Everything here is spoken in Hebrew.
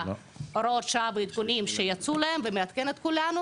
הוראות שעה ועדכונים שיצאו להם ומעדכן את כולנו,